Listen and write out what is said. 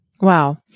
Wow